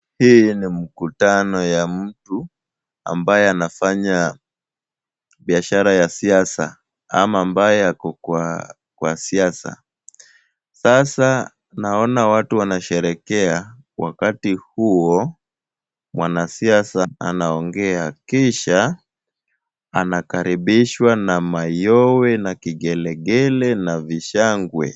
Hii ni mkutano ya mtu ambaye anafanya biashara ya siasa ama ambaye ako kwa siasa. Sasa naona watu wanasherehekea wakati huo mwanasiasa anaongea, kisha anakaribishwa na mayowe na kigelegele na vishangwe.